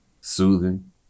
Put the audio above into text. soothing